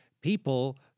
people